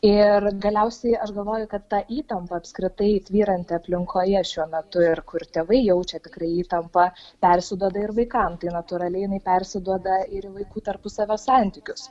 ir galiausiai aš galvoju kad ta įtampa apskritai tvyranti aplinkoje šiuo metu ir kur tėvai jaučia tikrai įtampą persiduoda ir vaikam tai natūraliai jinai persiduoda ir į vaikų tarpusavio santykius